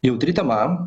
jautri tema